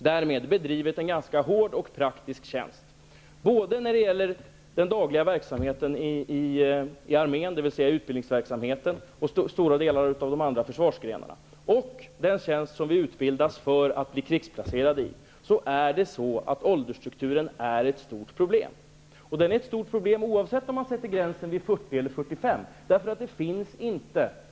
Därmed har jag haft en ganska hård och praktisk tjänst, både i den dagliga verksamheten i armén -- dvs. inom utbildningsverksamheten -- och i stora delar av de andra försvarsgrenarna. När det gäller den tjänst som vi utbildas att bli krigsplacerade i är åldersstrukturen ett stort problem, oavsett om gränsen sätts vid 40 eller 45 år.